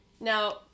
Now